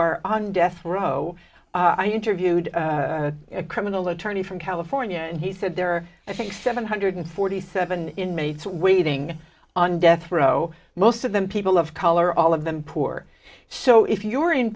are on death row i interviewed a criminal attorney for in california and he said there are i think seven hundred forty seven inmates waiting on death row most of them people of color all of them poor so if you're in